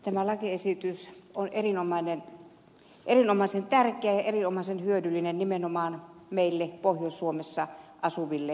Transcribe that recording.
tämä lakiesitys on erinomaisen tärkeä ja erinomaisen hyödyllinen nimenomaan meille pohjois suomessa asuville pohjoissuomalaisille ihmisille